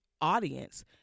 audience